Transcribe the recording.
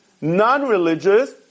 Non-religious